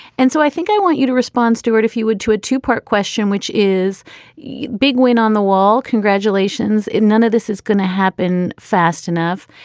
and so i think i want you to respond stewart if you would to a two part question which is a big win on the wall. congratulations. in none of this is going to happen fast enough.